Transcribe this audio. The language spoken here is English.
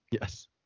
Yes